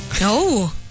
No